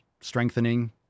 strengthening